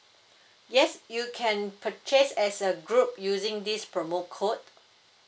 yes you can purchase as a group using this promo code